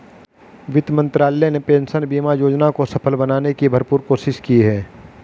वित्त मंत्रालय ने पेंशन बीमा योजना को सफल बनाने की भरपूर कोशिश की है